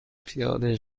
پیاده